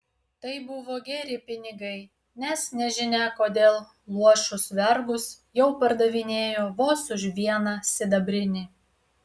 tai buvo geri pinigai nes nežinia kodėl luošus vergus jau pardavinėjo vos už vieną sidabrinį